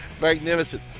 Magnificent